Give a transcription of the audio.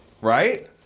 right